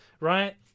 right